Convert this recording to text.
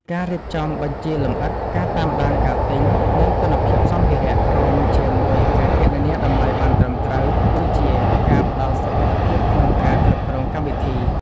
ការរៀបចំបញ្ជីលម្អិត ការតាមដានការទិញ និងគុណភាពសំភារៈ រួមជាមួយការគណនាតម្លៃបានត្រឹមត្រូវ គឺជាការផ្ដល់សុវត្ថិភាពក្នុងការគ្រប់គ្រងកម្មវិធី។